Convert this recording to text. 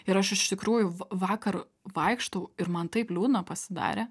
ir aš iš tikrųjų va vakar vaikštau ir man taip liūdna pasidarė